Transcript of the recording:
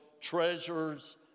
treasures